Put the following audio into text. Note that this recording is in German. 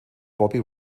bobby